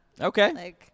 Okay